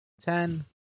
Ten